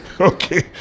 Okay